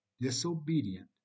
disobedient